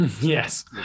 Yes